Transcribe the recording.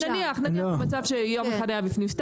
נניח במצב שיום אחד היה בפנים.